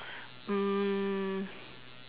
mm